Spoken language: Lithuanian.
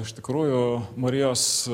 iš tikrųjų marijos